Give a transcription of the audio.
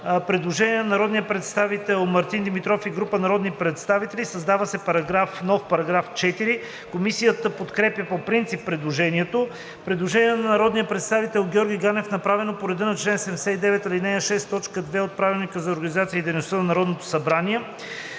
предложение на народния представител Мартин Димитров и група народни представители - създава се нов параграф 4. Комисията подкрепя по принцип предложението. Има предложение на народния представител Георги Ганев, направено по реда на чл. 79, ал. 6, т. 2 от Правилника за организацията и дейността на Народното събрание.